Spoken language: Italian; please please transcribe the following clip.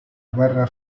guerra